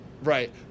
Right